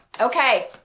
okay